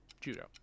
judo